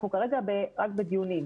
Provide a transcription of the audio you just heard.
אנחנו כרגע רק בדיונים.